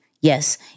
Yes